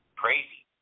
crazy